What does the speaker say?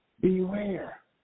beware